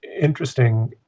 interesting